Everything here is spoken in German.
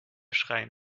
schreien